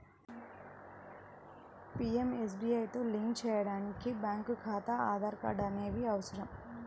పీయంఎస్బీఐతో లింక్ చేయడానికి బ్యేంకు ఖాతా, ఆధార్ కార్డ్ అనేవి అవసరం